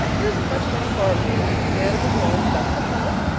there isn't much of any farm news. the animals are all in the best of health.